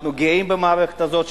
אנחנו גאים במערכת הזאת,